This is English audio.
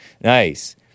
Nice